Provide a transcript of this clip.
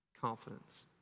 confidence